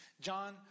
John